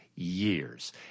Years